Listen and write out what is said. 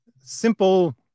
simple